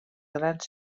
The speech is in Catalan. grans